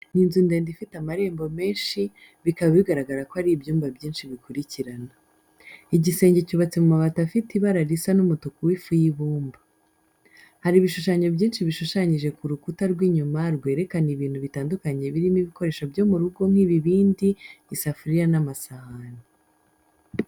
Ni inzu ndende ifite amarembo menshi, bikaba bigaragara ko ari ibyumba byinshi bikurikirana. Igisenge cyubatse mu mabati afite ibara risa n’umutuku w’ifu y’ibumba. Hari ibishushanyo byinshi bishushanyije ku rukuta rw’inyuma rwerekana ibintu bitandukanye birimo ibikoresho byo mu rugo nk'ibibindi, isafuriya n'amasahani.